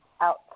out